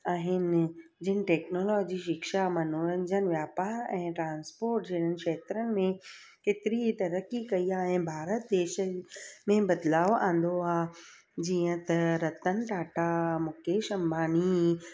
आहिनि जिन टैक्नॉलोजी शिक्षा मनोरंजन वापारु ऐं टांस्पोट जिनि क्षेत्रनि में केतिरी ई तरक़ी कई आहे भारत देशनि में बदिलाव आंदो आहे जीअं त रतन टाटा मुकेश अंबानी